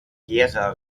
gera